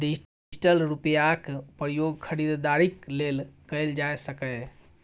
digital रुपैयाक प्रयोग खरीदारीक लेल कएल जा सकैए